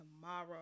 tomorrow